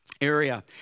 area